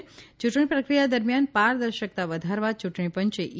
યૂંટણી પ્રક્રિયા દરમિયાન પારદર્શકતા વધારવા યૂંટણી પંચે ઇ